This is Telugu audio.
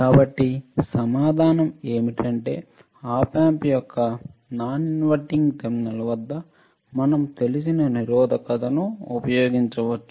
కాబట్టి సమాధానం ఏమిటంటే op amp యొక్క విలోమం కాని టెర్మినల్ వద్ద మనం తెలిసిన నిరోధకత ను ఉపయోగించవచ్చు